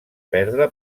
perdre